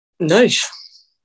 Nice